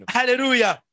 hallelujah